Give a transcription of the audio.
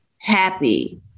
happy